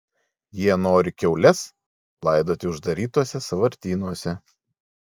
jie nori kiaules laidoti uždarytuose sąvartynuose